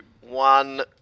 one